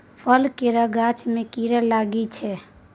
फल केर गाछ मे कीड़ा लागि जाइ छै